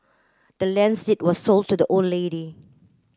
the land's deed were sold to the old lady